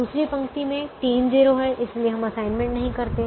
दूसरी पंक्ति में तीन 0 है इसलिए हम असाइनमेंट नहीं करते हैं